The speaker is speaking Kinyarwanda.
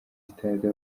stade